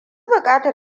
bukatar